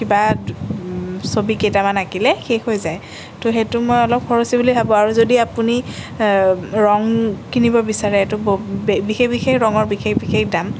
কিবা ছবি কেইটামান আঁকিলে শেষ হৈ যায় তো সেইটো মই অলপ খৰচী বুলি ভাবোঁ আৰু যদি আপুনি ৰং কিনিব বিচাৰে তো বিশেষ বিশেষ ৰঙৰ বিশেষ বিশেষ দাম